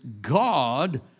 God